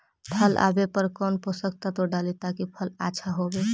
फल आबे पर कौन पोषक तत्ब डाली ताकि फल आछा होबे?